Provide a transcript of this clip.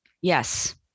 Yes